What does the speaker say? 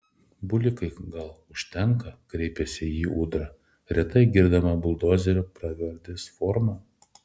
bulikai gal užtenka kreipėsi į jį ūdra retai girdima buldozerio pravardės forma